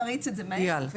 נריץ את זה מהר.